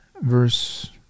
verse